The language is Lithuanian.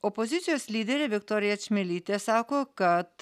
opozicijos lyderė viktorija čmilytė sako kad